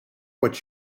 what